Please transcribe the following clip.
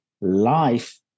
life